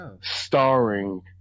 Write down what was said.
starring